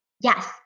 Yes